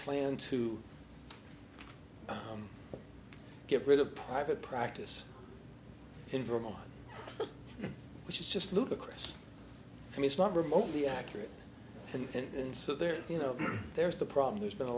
plan to get rid of private practice in vermont which is just ludicrous and it's not remotely accurate and so there you know there's the problem there's been a